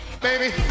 Baby